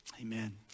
Amen